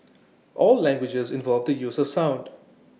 all languages involve the use of sound